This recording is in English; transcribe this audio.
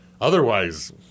Otherwise